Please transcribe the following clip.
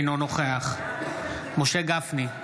אינו נוכח משה גפני,